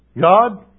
God